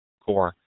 core